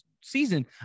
season